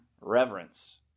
reverence